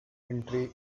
entry